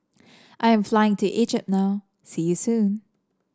I am flying to Egypt now see you soon